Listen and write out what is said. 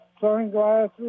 sunglasses